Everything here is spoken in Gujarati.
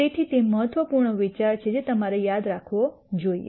તેથી તે મહત્વપૂર્ણ વિચાર છે જે તમારે યાદ રાખવું જોઈએ